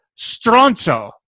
Stronzo